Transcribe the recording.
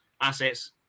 assets